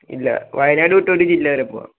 ഇല്ല വയനാട് വിട്ട് ഒരു ജില്ല വരെ പോവാം